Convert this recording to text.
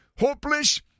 hopeless